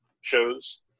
shows